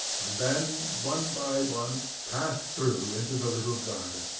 and then one by one passed through into the little garden.